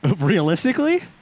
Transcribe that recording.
Realistically